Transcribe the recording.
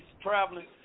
traveling